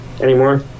anymore